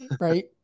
right